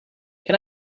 can